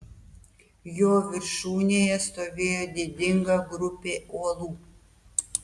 jo viršūnėje stovėjo didinga grupė uolų